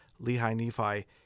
Lehi-Nephi